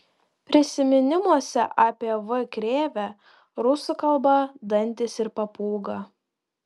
prisiminimuose apie v krėvę rusų kalba dantys ir papūga